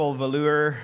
velour